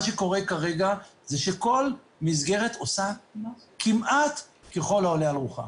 מה שקורה כרגע זה שכל מסגרת עושה כמעט ככל העולה על רוחה.